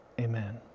amen